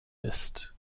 ist